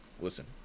listen